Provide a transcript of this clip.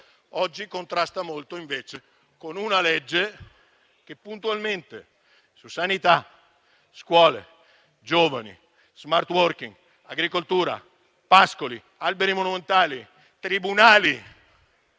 oggi contrasta molto, invece, con una legge che, puntualmente, su sanità, scuole, giovani, *smart working*, agricoltura, pascoli, alberi monumentali, tribunali,